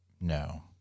No